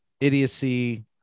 idiocy